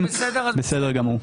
בסדר גמור.